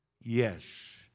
Yes